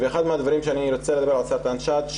אחד מהדברים שאני רוצה לדבר על סרטן השד,